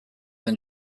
than